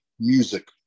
music